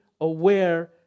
aware